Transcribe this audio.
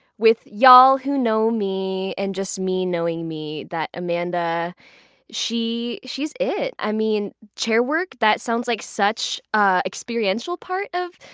with y'all who know me and just me knowing me, that amanda she's it. i mean, chairwork? that sounds like such an experiential part of,